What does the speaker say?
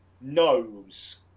knows